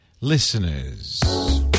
listeners